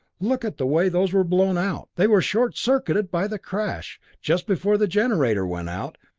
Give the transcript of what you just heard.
look at the way those were blown out! they were short circuited by the crash, just before the generator went out,